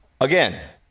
Again